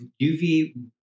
UV